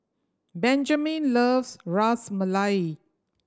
Benjamen loves Ras Malai